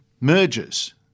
merges